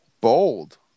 Bold